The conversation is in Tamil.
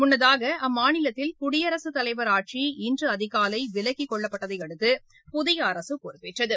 முன்னதாக அம்மாநிலத்தில் குடியரசுத்தலைவர் இன்று அதிகாலை ஆட்சி விலக்கிக்கொள்ளப்பட்டதையடுத்து புதிய அரசு பொறுப்பேற்றது